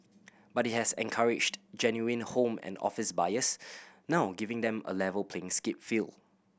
but it has encouraged genuine home and office buyers now giving them a level playing skate field